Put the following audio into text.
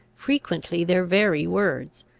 frequently their very words.